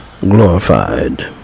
glorified